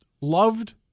loved